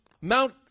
Mount